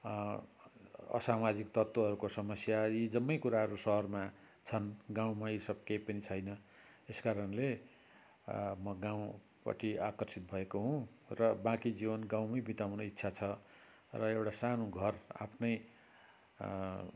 असामाजिक तत्त्वहरूको समस्या यी जम्मै कुराहरू सहरमा छन् गाउँमा यी सब केही पनि छैन यस कारणले म गाउँपट्टि आकर्षित भएको हुँ र बाँकी जीवन गाउँमै बिताउने इच्छा छ र एउटा सानो घर आफ्नै